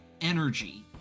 energy